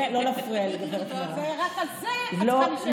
רק על זה את צריכה להישאר שרה.